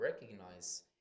recognize